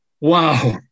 Wow